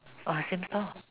oh same stall